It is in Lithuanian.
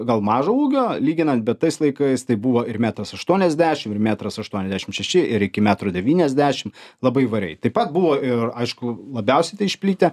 gal mažo ūgio lyginan bet tais laikais tai buvo ir metras aštuoniasdešim ir metras aštuoniasdešim šeši ir iki metro devyniasdešim labai įvairiai taip pat buvo ir aišku labiausiai tai išplitę